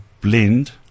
blend